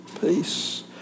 peace